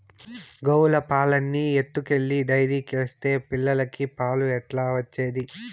గోవుల పాలన్నీ ఎత్తుకెళ్లి డైరీకేస్తే పిల్లలకి పాలు ఎట్లా వచ్చేది